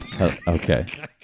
Okay